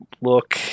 look